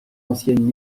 ancienne